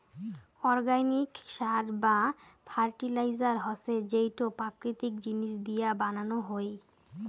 organic সার বা fertiliser হসে যেইটো প্রাকৃতিক জিনিস দিয়া বানানো হই